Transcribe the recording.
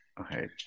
Okay